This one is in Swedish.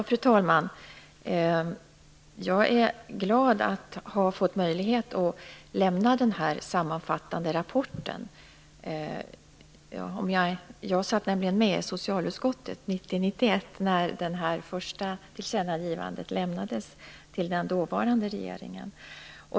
Fru talman! Jag är glad över att ha fått möjlighet att lämna den här sammanfattande rapporten. Jag satt nämligen med i socialutskottet 1990-1991, när det första tillkännagivandet gjordes till den dåvarande regeringen.